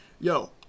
yo